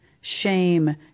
shame